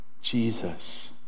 Jesus